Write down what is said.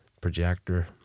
projector